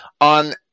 on